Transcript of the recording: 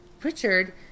Richard